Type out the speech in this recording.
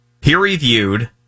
peer-reviewed